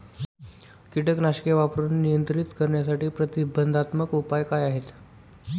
कीटकनाशके वापरून नियंत्रित करण्यासाठी प्रतिबंधात्मक उपाय काय आहेत?